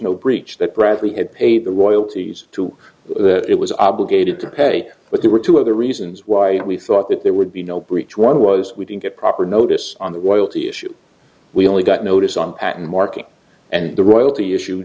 no breach that bradley had paid the royalties to that it was obligated to pay but there were two other reasons why we thought that there would be no breach one was we didn't get proper notice on the oil to issue we only got notice on patent marking and the royalty issue